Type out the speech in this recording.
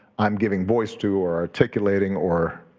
i'm giving voice to or articulating or